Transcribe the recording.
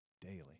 daily